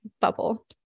bubble